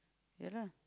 ya lah